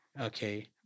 okay